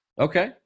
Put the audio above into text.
Okay